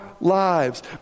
lives